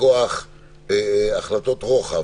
מכוח החלטות רוחב.